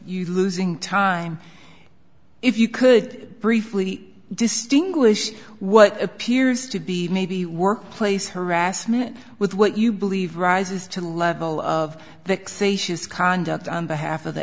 you losing time if you could briefly distinguish what appears to be maybe workplace harassment with what you believe rises to the level of fixations conduct on behalf of the